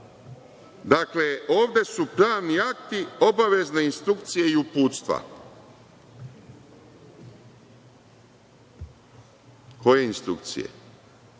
Dakle, ovde su pravni akti obavezne instrukcije i uputstva. Koje instrukcije?